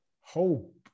hope